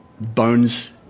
Bones